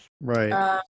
Right